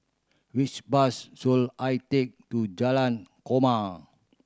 which bus should I take to Jalan Korma